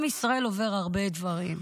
עם ישראל עובר הרבה דברים.